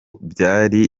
byari